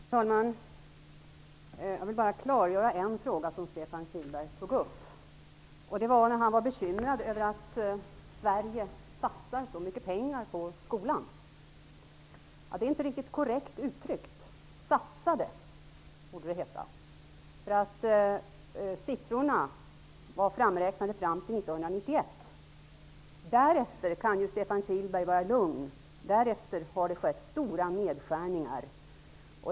Herr talman! Jag vill bara göra ett klarläggande i en av de frågor som Stefan Kihlberg tog upp. Han sade sig vara bekymrad över att Sverige satsar så mycket pengar på skolan. Detta var inte korrekt uttryckt -- ''satsade'' borde han ha sagt. Siffrorna är nämligen framräknade till 1991. Därefter kan Stefan Kihlberg vara lugn, eftersom det sedan dess har skett stora nedskärningar.